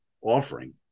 offering